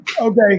Okay